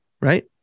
right